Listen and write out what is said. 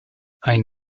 ein